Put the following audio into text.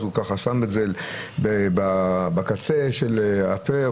הוא שם את זה בקצה של הפה,